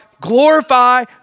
glorify